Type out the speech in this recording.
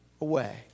away